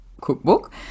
cookbook